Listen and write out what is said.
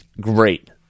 great